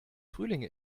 frühling